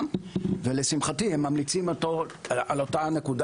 בנושא ולשמחתי הם ממליצים על אותה נקודה.